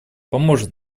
поможет